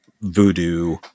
voodoo